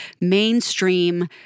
mainstream